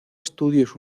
estudios